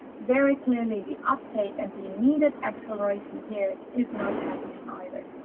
very clearly, the uptake and the needed acceleration here is not happening either.